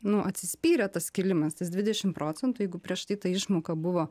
nu atsispyrė tas kilimas tas dvidešim procentų jeigu prieš tai ta išmoka buvo